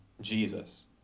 Jesus